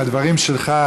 מהדברים שלך,